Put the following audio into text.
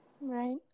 Right